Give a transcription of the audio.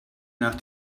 nach